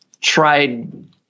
tried